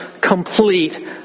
complete